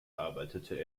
arbeitete